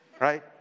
right